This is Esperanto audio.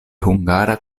hungara